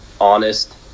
honest